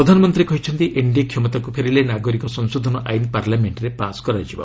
ପ୍ରଧାନମନ୍ତ୍ରୀ କହିଛନ୍ତି ଏନ୍ଡିଏ କ୍ଷମତାକୁ ଫେରିଲେ ନାଗରିକ ସଂଶୋଧନ ଆଇନ୍ ପାର୍ଲାମେଷ୍ଟରେ ପାସ୍ କରାଯିବ